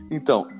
Então